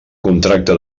contracte